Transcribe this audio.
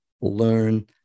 learn